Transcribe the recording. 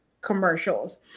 commercials